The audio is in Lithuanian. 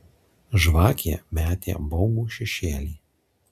žvakė metė baugų šešėlį